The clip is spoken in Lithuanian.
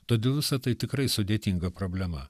todėl visa tai tikrai sudėtinga problema